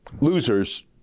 Losers